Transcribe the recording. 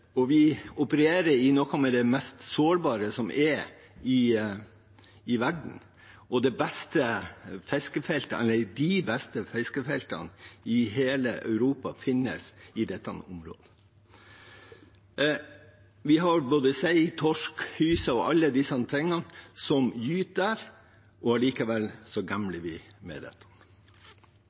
og vi opererer i noe av det mest sårbare som er i verden – de beste fiskefeltene i hele Europa finnes i dette området. Både sei, torsk og